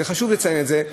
וחשוב לציין את זה,